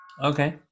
Okay